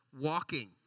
walking